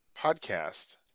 podcast